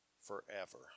forever